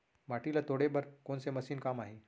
माटी ल तोड़े बर कोन से मशीन काम आही?